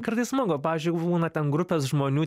kartais smagu pavyzdžiui būna ten grupės žmonių